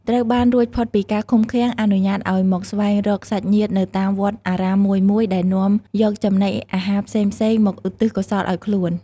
ត្រូវបានរួចផុតពីការឃុំឃាំង អនុញ្ញាតឲ្យមកស្វែងរកសាច់ញាតិនៅតាមវត្តអារាមមួយៗ ដែលនាំយកចំណីអាហារផ្សេងៗ មកឧទ្ទិសកុសលឲ្យខ្លួន។